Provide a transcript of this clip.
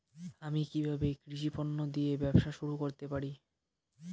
আমি কিভাবে কৃষি পণ্য দিয়ে ব্যবসা শুরু করতে পারি?